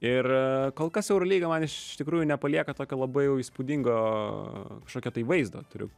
ir kol kas eurolyga man iš tikrųjų nepalieka tokio labai jau įspūdingo kažkokio tai vaizdo turiu